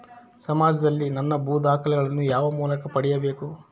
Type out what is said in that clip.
ಸಮಾಜದಲ್ಲಿ ನನ್ನ ಭೂ ದಾಖಲೆಗಳನ್ನು ಯಾವ ಮೂಲಕ ಪಡೆಯಬೇಕು?